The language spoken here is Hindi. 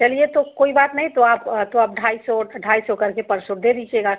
चलिए तो कोई बात नहीं तो आप तो आप ढाई सौ ढाई सौ करके पर सूट दे दीजिएगा